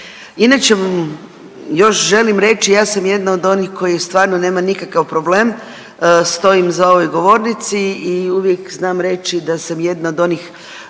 Inače još želim reći ja sam jedna od onih koji stvarno nema nikakav problem, stojim za ovoj govornici i uvijek znam reći da sam jedna od onih